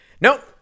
Nope